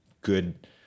good